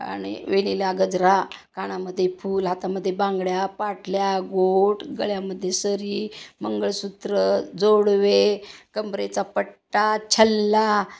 आणि वेणीला गजरा कानामध्ये फूल हातामध्ये बांगड्या पाटल्या गोठ गळ्यामध्ये सरी मंगळसूत्र जोडवे कंबरेचा पट्टा छल्ला